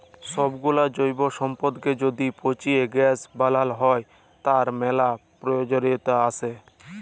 সবগুলা জৈব সম্পদকে য্যদি পচিয়ে গ্যাস বানাল হ্য়, তার ম্যালা প্রয়জলিয়তা আসে